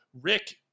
Rick